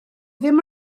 ddim